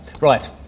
Right